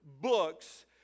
books